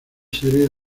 series